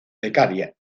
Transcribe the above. becaria